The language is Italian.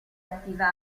attiva